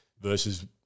versus